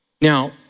Now